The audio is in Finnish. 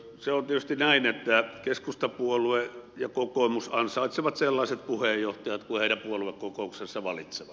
se on tietysti näin että keskustapuolue ja kokoomus ansaitsevat sellaiset puheenjohtajat kuin heidän puoluekokouksensa valitsevat